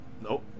Nope